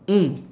mm